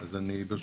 בבקשה.